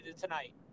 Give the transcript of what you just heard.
tonight